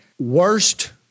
Worst